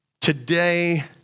Today